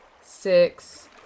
six